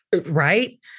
Right